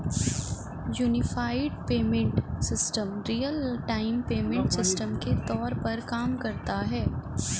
unified payment system real time payment system के तौर पर काम करता है